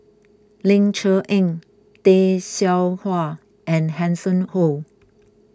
Ling Cher Eng Tay Seow Huah and Hanson Ho